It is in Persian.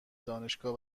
دانشگاه